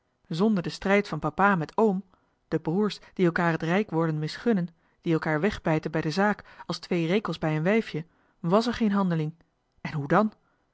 zonder den strijd van papa met oom de broers die elkaar het rijkworden misgunnen die elkaar weg bijten bij de zaak als twee rekels bij een wijfje wàs er geen handeling en hoe dan